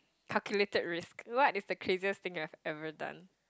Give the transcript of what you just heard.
calculated risk what is the craziest thing I've ever done